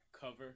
cover